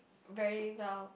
very well